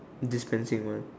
distance sign